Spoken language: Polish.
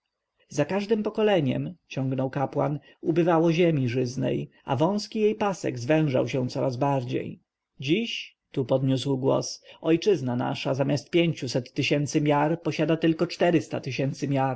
za każdem pokoleniem ciągnął kapłan ubywało ziemi żyznej a wąski jej pasek zwężał się coraz bardziej dziś tu podniósł głos ojczyzna nasza zamiast pięciuset tysięcy miar posiada tylko czterysta tysięcy